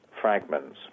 fragments